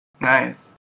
Nice